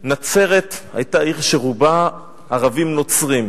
נצרת היתה עיר שרובה ערבים נוצרים.